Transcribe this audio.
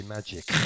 Magic